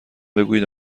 بگویید